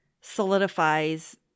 solidifies